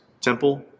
temple